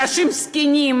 אנשים זקנים,